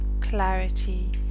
clarity